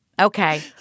Okay